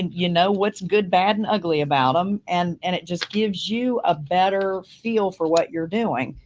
you know, what's good, bad, and ugly about them and and it just gives you a better feel for what you're doing.